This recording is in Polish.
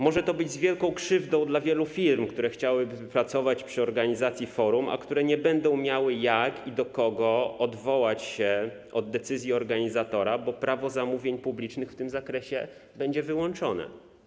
Może to być z wielką krzywdą dla wielu firm, które chciałyby pracować przy organizacji forum, a które nie będą miały jak i do kogo odwołać się od decyzji organizatora, bo Prawo zamówień publicznych w tym zakresie będzie wyłączone.